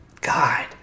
God